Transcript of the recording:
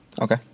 Okay